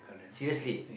seriously